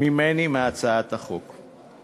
של הצעת החוק.